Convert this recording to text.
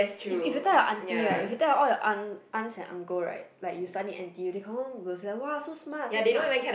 if if you tell your aunty right if you tell all your aunt aunts and uncle right like you study in n_t_u they confirm will say like !wah! so smart so smart